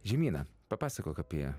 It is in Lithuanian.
žemyna papasakok apie